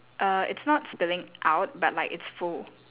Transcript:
err it's not spilling out but like it's full